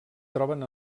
troben